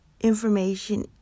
information